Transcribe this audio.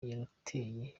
yarateye